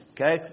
okay